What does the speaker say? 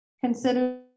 Consider